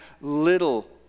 little